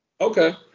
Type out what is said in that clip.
Okay